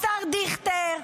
השר דיכטר,